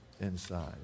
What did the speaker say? inside